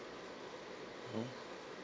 mmhmm